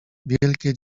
wielkie